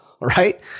right